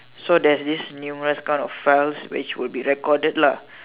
so there's this numerous kind of files which will be recorded lah